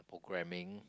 programming